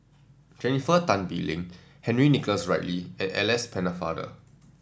Jennifer Tan Bee Leng Henry Nicholas Ridley and Alice Pennefather